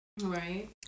Right